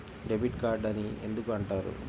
Debit card అని ఎందుకు అంటారు?